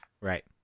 right